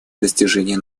достижения